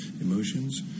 emotions